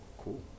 Cool